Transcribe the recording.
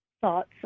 thoughts